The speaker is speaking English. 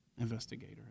Investigator